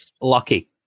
Lucky